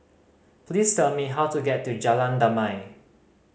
please tell me how to get to Jalan Damai